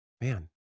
Man